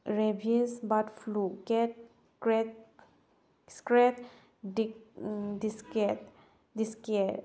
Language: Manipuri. rabies bird flu cat